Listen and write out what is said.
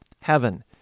heaven